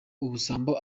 ubusambo